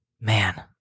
Man